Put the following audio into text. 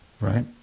right